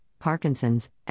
Parkinson's